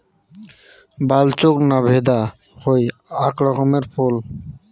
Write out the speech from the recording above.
বালচোক না ভেদা হই আক রকমের ফুল